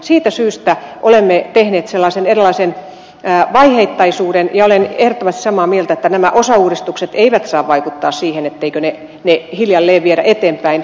siitä syystä olemme tehneet eräänlaisen vaiheittaisuuden ja olen ehdottomasti samaa mieltä että nämä osauudistukset eivät saa vaikuttaa siihen etteikö sitä hiljalleen viedä eteenpäin